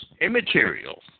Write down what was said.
immaterial